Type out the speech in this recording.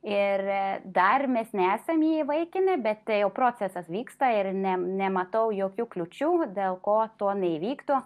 ir dar mes nesam jį įvaikinę bet tai jau procesas vyksta ir ne nematau jokių kliūčių dėl ko to neįvyktų